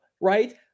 right